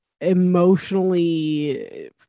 emotionally